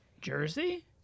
Jersey